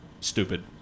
stupid